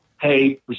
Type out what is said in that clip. Hey